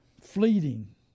fleeting